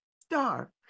Star